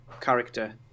character